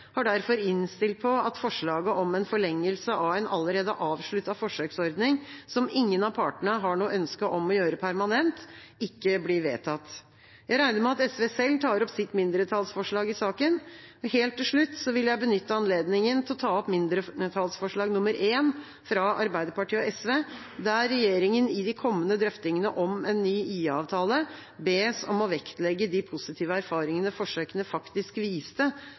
har fremmet representantforslaget – har derfor innstilt på at forslaget om en forlengelse av en allerede avsluttet forsøksordning, som ingen av partene har noe ønske om å gjøre permanent, ikke blir vedtatt. Jeg regner med at SV selv tar opp sitt mindretallsforslag i saken. Helt til slutt vil jeg benytte anledningen til å ta opp mindretallsforslag nr. 1, fra Arbeiderpartiet og SV, der regjeringen i de kommende drøftingene om en ny IA-avtale bes om å vektlegge de positive erfaringene forsøkene faktisk viste